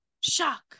shock